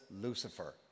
Lucifer